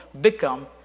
become